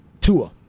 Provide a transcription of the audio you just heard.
Tua